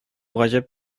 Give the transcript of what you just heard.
гаҗәп